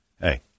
hey